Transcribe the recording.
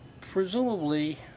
Presumably